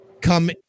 come